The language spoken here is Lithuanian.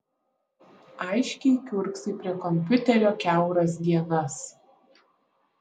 aiškiai kiurksai prie kompiuterio kiauras dienas